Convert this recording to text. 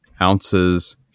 ounces